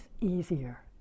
easier